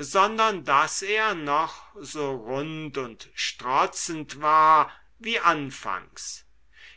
sondern daß er noch so rund und strotzend war wie anfangs